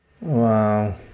Wow